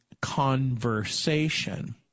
conversation